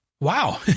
Wow